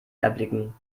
erblicken